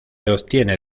obtiene